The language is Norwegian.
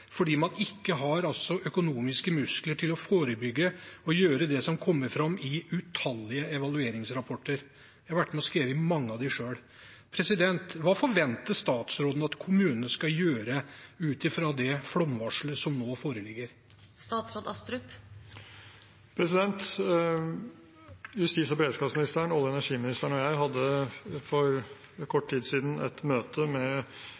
fordi man ikke har økonomiske muskler til å forebygge og gjøre det som kommer fram i utallige evalueringsrapporter – jeg har vært med og skrevet mange av dem selv. Hva forventer statsråden at kommunene skal gjøre, ut fra det flomvarselet som nå foreligger? Justis- og beredskapsministeren, olje- og energiministeren og jeg hadde for kort tid siden et møte med